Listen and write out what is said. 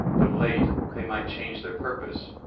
though late, they might change their purpose,